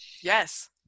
Yes